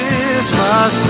Christmas